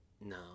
No